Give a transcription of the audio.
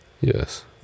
Yes